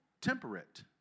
temperate